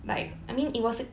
mm